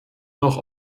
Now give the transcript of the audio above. noch